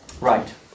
right